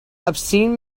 obscene